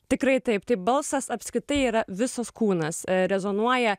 tikrai taip tai balsas apskritai yra visas kūnas rezonuoja